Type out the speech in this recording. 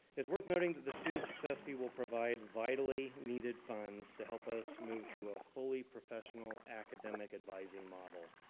it's worth noting that the student success fee will provide vitally needed funds to help us moved to a fully professional academic advising model.